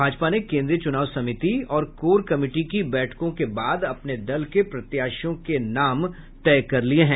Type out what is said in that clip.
भाजपा ने कोन्द्रीय चुनाव समिति और कोर कमिटी की बैठकों के बाद अपने दल के प्रत्याशियों के नाम तय कर लिये हैं